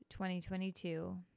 2022